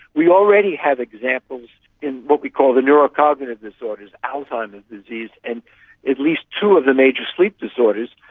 we already have examples in what we call the neurocognitive disorders, alzheimer's disease and at least two of the major sleep disorders,